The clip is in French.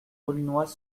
aulnois